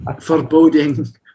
foreboding